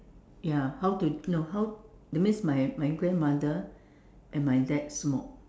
ya how to no how that means my my grandmother and my dad smoke